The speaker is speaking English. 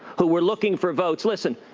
who were looking for votes. listen,